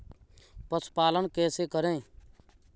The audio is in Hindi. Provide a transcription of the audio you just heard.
पशुपालन कैसे करें?